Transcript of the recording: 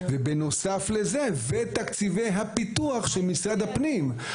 ובנוסף לזה, ותקציבי הפיתוח של משרד הפנים.